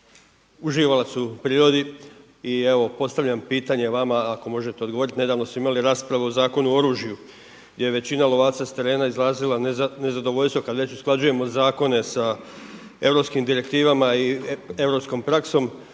uživalac u prirodi i evo postavljam pitanje vama ako možete odgovoriti. Nedavno smo imali raspravu o Zakonu o oružju, gdje je većina lovaca sa terena izrazila nezadovoljstvo kad već usklađujemo zakone sa europskim direktivama i europskom praksom